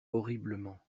horriblement